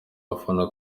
bafana